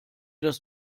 das